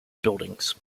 buildings